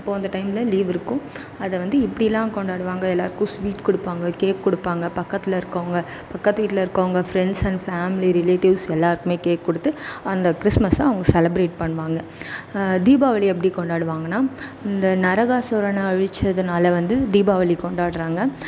அப்போது அந்த டைமில் லீவு இருக்கும் அதை வந்து எப்படிலாம் கொண்டாடுவாங்க எல்லாேருக்கும் ஸ்வீட் கொடுப்பாங்க கேக் காெடுப்பாங்க பக்கத்தில் இருக்கறவங்க பக்கத்து வீட்டில் இருக்கறவங்க ஃப்ரெண்ட்ஸ் அண்ட் ஃபேம்லி ரிலேட்டிவ்ஸ் எல்லாேருக்குமே கேக் கொடுத்து அந்த கிறிஸ்மஸை அவங்க செலப்ரேட் பண்ணுவாங்க தீபாவளி எப்படி கொண்டாடுவாங்கன்னால் இந்த நரகாசுரனை அழிச்சதுனால் வந்து தீபாவளி கொண்டாடுறாங்க